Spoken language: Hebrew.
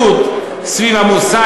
מגוחך לשמוע את ההתעסקות סביב המוסד